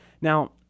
Now